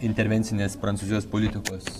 intervencinės prancūzijos politikos